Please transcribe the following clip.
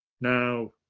Now